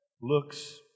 looks